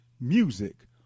music